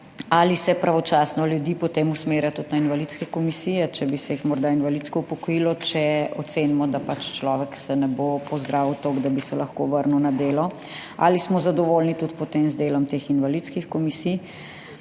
Ali se pravočasno ljudi potem usmerja tudi na invalidske komisije, če bi se jih morda invalidsko upokojilo, če ocenimo, da se pač človek ne bo pozdravil toliko, da bi se lahko vrnil na delo? Ali smo potem zadovoljni tudi z delom teh invalidskih komisij?